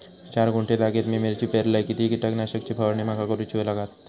चार गुंठे जागेत मी मिरची पेरलय किती कीटक नाशक ची फवारणी माका करूची लागात?